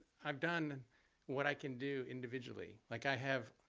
i've done what i can do individually. like i have,